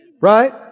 Right